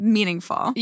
Meaningful